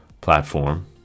platform